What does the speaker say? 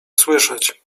słyszeć